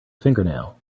fingernail